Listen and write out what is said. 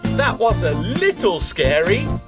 that was a little scary.